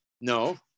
No